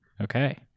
Okay